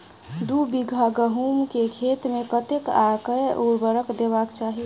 दु बीघा गहूम केँ खेत मे कतेक आ केँ उर्वरक देबाक चाहि?